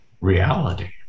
reality